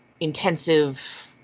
intensive